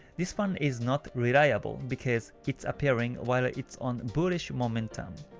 this one is not reliable because it's appearing while ah it's on bullish momentum.